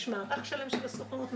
יש מערך שלם של הסוכנות,